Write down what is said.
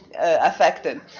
affected